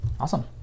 awesome